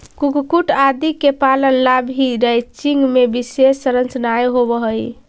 कुक्कुट आदि के पालन ला भी रैंचिंग में विशेष संरचनाएं होवअ हई